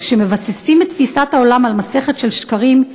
כשמבססים את תפיסת העולם על מסכת של שקרים,